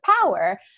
power